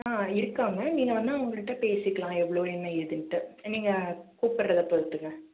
ஆ இருக்காங்க நீங்கள் வேண்ணா அவங்கள்கிட்ட பேசிக்கலாம் எவ்வளோ என்ன ஏதுன்ட்டு நீங்கள் கூப்பிட்றத பொறுத்துங்க